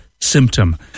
symptom